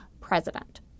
president